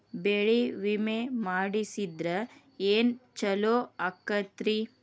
ಬೆಳಿ ವಿಮೆ ಮಾಡಿಸಿದ್ರ ಏನ್ ಛಲೋ ಆಕತ್ರಿ?